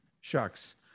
Shucks